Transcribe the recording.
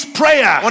prayer